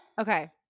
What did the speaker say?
Okay